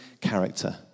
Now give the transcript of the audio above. character